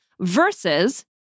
versus